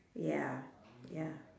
ya ya